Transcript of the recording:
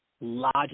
logic